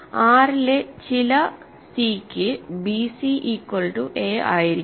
R യിലെ ചില c ക്ക് bc ഈക്വൽ ടു a ആയിരിക്കും